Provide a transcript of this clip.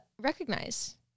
recognize